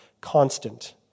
Constant